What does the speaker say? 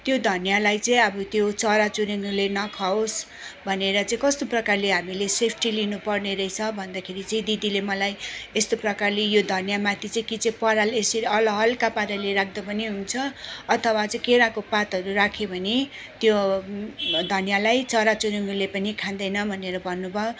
त्यो धनियाँलाई चाहिँ अब त्यो चरा चुरुङ्गीले नखाओस् भनेर चैँ कस्तो प्रकारले हामीले सेफ्टी लिनु पर्ने रहेछ भन्दाखेरि चाहिँ दिदीले मलाई यस्तो प्रकारले यो धनियाँमाथि चाहिँ कि चाहिँ पराल यसरी अल हल्का पाराले राख्दा पनि हुन्छ अथवा चाहिँ केराको पातहरू राख्यो भने त्यो धनियाँलाई चरा चुरुङ्गीले पनि खाँदैन भनेर भन्नुभयो